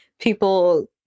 people